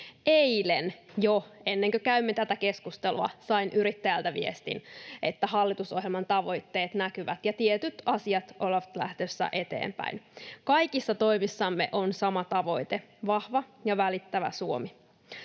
eilen, ennen kuin kävimme tätä keskustelua, sain yrittäjältä viestin, että hallitusohjelman tavoitteet näkyvät ja tietyt asiat ovat lähdössä eteenpäin. Kaikissa toimissamme on sama tavoite: vahva ja välittävä Suomi.